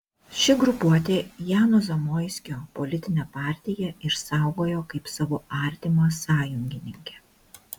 ši grupuotė jano zamoiskio politinę partiją išsaugojo kaip savo artimą sąjungininkę